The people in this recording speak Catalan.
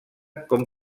com